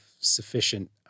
sufficient